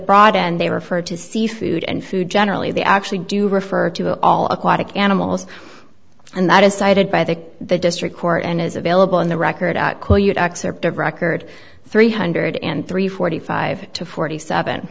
broad end they refer to seafood and food generally they actually do refer to all aquatic animals and that is cited by the district court and is available in the record of record three hundred and three forty five to forty seven